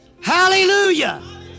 Hallelujah